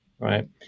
Right